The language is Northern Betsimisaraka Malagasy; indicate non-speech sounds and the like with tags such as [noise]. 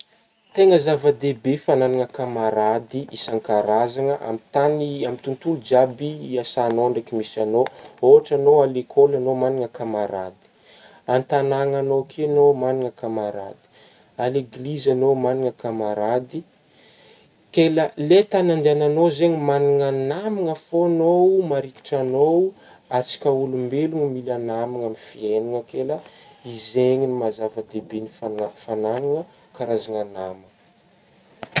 [noise] Tegna zava-dehibe fanagnagna kamarady isan-karazagna amin-tagny amin'ny tontolo jiaby iasagnao ndraiky misy agnao, ôhatra agnao a lekôly agnao managna kamarady an-tanagnagnao ke agnao managna kamarady a leglizy agnao managna kamarady, ke la-le tagny andehanagnao zegny managna namagna fô agnao marikitra agnao, antsika ôlombelogna mila namagna amin'ny fiainagna ke la izegny maha zava-dehibe ny fana-fananagna karazagna nama.